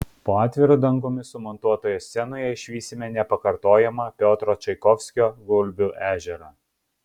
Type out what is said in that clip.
po atviru dangumi sumontuotoje scenoje išvysime nepakartojamą piotro čaikovskio gulbių ežerą